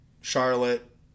charlotte